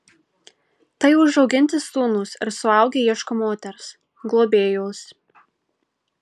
tai užauginti sūnūs ir suaugę ieško moters globėjos